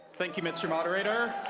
thank you, mr. moderator.